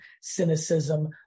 cynicism